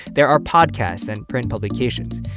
there are podcasts and print publications.